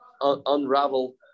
unravel